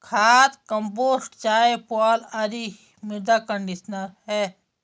खाद, कंपोस्ट चाय, पुआल आदि मृदा कंडीशनर है